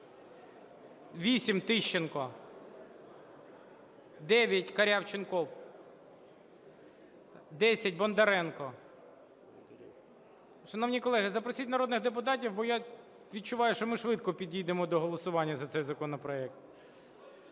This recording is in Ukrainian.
8, Тищенко. 9, Корявченков. 10, Бондаренко. Шановні колеги, запросіть народних депутатів, бо я відчуваю, що ми швидко підійдемо до голосування за цей законопроект.